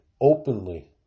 openly